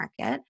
market